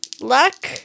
luck